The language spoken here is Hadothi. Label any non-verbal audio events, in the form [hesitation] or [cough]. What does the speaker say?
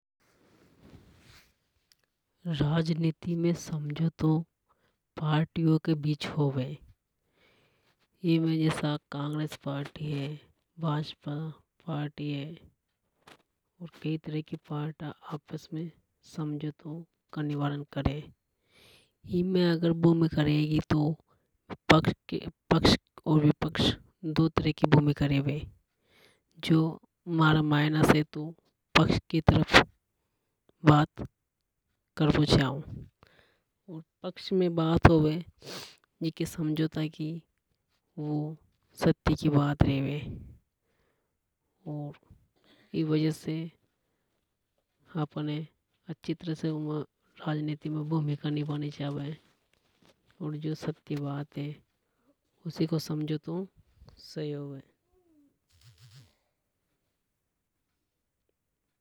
राजनीति में समझौतों पार्टियों के बीच होवे। एमे जसा कांग्रेस पार्टी हे भाजपा पार्टी हे और। कई तरह की पार्टीया समझौतों का निवारण करे। एमे अगर भूमिका रेगी तो। [hesitation] पक्ष और विपक्ष दो तरह की भूमिका रेवे। जो मारा मायना से तो पक्ष की तरफ बात करबो चाव। और पक्ष में बात होवे जीकी समझौता की वो सत्य की बात रेवे और ई वजह से हमें उमे राजनीति में अच्छी तरह से भूमिका निभानि चावे। और जो सत्य बात हे उसी को समझौतो सही होवे।